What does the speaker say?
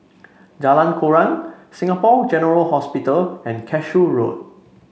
Jalan Koran Singapore General Hospital and Cashew Road